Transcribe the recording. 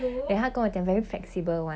ha but at least there's somebody you know